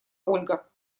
ольга